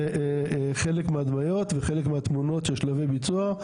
חלק מההדמיות וחלק מהתמונות של שלבי הביצוע,